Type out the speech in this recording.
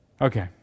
Okay